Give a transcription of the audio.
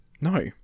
No